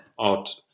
out